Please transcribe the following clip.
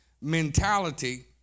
mentality